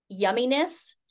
yumminess